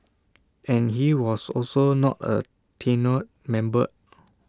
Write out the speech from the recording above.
and he was also not A tenured member